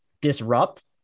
disrupt